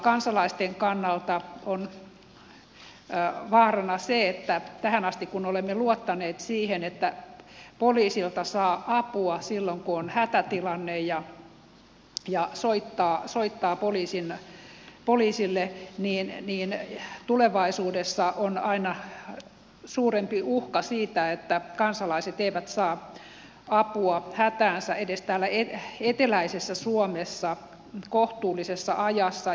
kansalaisten kannalta on vaarana se että kun tähän asti olemme luottaneet siihen että poliisilta saa apua silloin kun on hätätilanne ja soittaa poliisille niin tulevaisuudessa on aina suurempi uhka siitä että kansalaiset eivät saa apua hätäänsä edes täällä eteläisessä suomessa kohtuullisessa ajassa